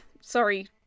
Sorry